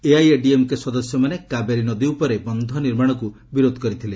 ଏଆଇଏଡିଏମ୍କେ ସଦସ୍ୟମାନେ କାବେରୀ ନଦୀ ଉପରେ ବନ୍ଧ ନିର୍ମାଣକୁ ବିରୋଧ କରିଥିଲେ